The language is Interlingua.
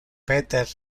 peter